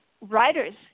writers